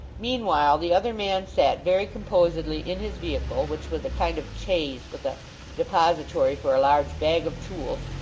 meanwhile, the other man sat very composedly in his vehicle, which was a kind of chaise with a depository for a large bag of tools,